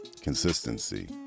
Consistency